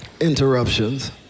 interruptions